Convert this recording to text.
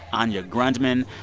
anya grundmann.